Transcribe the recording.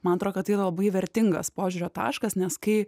man atrodo kad tai yra labai vertingas požiūrio taškas nes kai